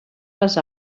les